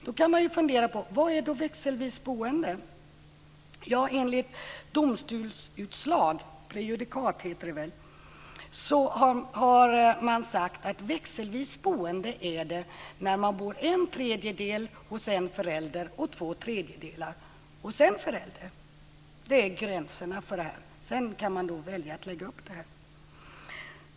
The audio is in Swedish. Då kan man fundera på: Vad är växelvis boende? Enligt domstolsprejudikat är det växelvis boende när barnet bor en tredjedel hos en förälder och två tredjedelar hos en förälder. Det är gränserna för detta. Sedan kan man välja att lägga upp på olika sätt.